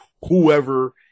whoever